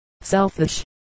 selfish